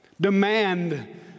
demand